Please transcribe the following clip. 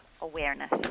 awareness